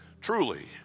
truly